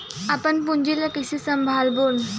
अपन पूंजी ला कइसे संभालबोन?